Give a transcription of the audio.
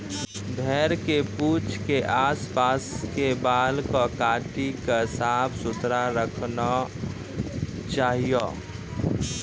भेड़ के पूंछ के आस पास के बाल कॅ काटी क साफ सुथरा रखना चाहियो